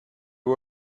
who